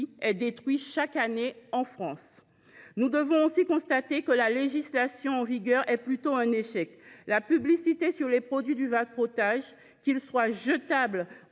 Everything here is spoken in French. est détruit chaque année en France ! Nous devons aussi constater que la législation en vigueur est plutôt un échec. Je rappelle que la publicité sur les produits du vapotage, qu’ils soient jetables